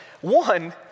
one